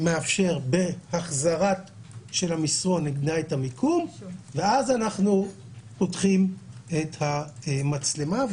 בהחזרת המסרון מתאפשר לדעת את המיקום ואז אנחנו פותחים את המצלמה.